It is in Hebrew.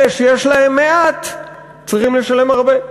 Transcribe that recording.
אלה שיש להם מעט צריכים לשלם הרבה.